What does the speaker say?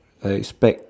I expect